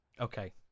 Okay